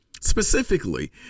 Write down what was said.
Specifically